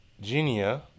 Genia